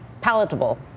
palatable